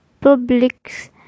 public's